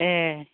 ए